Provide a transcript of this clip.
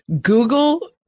Google